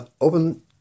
open